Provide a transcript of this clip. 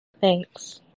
Thanks